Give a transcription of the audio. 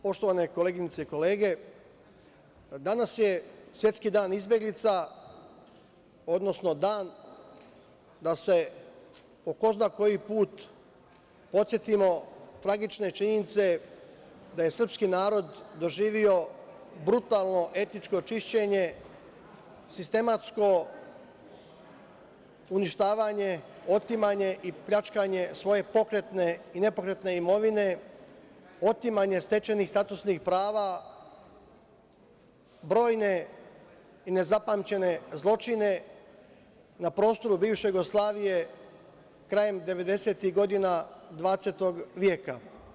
Poštovane koleginice i kolege, danas je svetski dan izbeglica, odnosno dan da se po ko zna koji put podsetimo tragične činjenice da je srpski narod doživeo brutalno etničko čišćenje, sistematsko uništavanje, otimanje i pljačkanje svoje pokretne i nepokretne imovine, otimanje stečenih statusnih prava, brojne i nezapamćene zločina na prostoru bivše Jugoslavije krajem 1990. godina, XX veka.